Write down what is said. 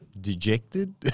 Dejected